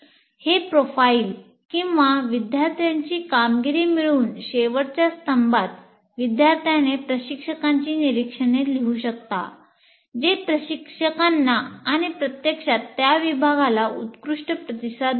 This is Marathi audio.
हे प्रोफाइल किंवा विद्यार्थ्यांची कामगिरी मिळवून शेवटच्या स्तंभात एखाद्याने प्रशिक्षकाची निरीक्षणे लिहू शकता जे प्रशिक्षकांना आणि प्रत्यक्षात त्या विभागाला उत्कृष्ट प्रतिसाद देईल